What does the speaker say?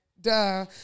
Duh